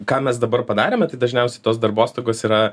ką mes dabar padarėme tai dažniausiai tos darbostogos yra